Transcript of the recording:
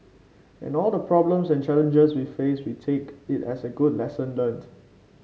and all the problems and challenges we face we take it as a good lesson learnt